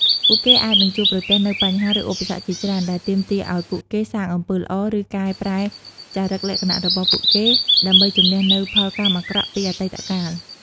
ពួកគេអាចនឹងជួបប្រទះនូវបញ្ហា ឬឧបសគ្គជាច្រើន ដែលទាមទារឱ្យពួកគេសាងអំពើល្អ ឬកែប្រែចរិតលក្ខណៈរបស់ពួកគេ ដើម្បីជម្នះនូវផលកម្មអាក្រក់ពីអតីតកាល។